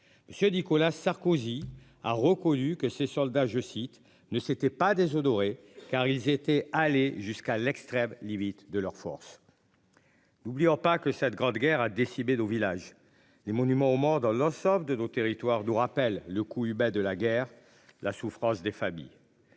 monsieur Nicolas Sarkozy, a reconnu que ses soldats je cite ne s'étaient pas déshonorés car ils étaient allés jusqu'à l'extrême limite de leurs forces. N'oublions pas que cette grande guerre a décidé d'au village les monuments aux morts dans l'ensemble de nos territoires, nous rappelle le coup Hubei de la guerre. La souffrance des familles.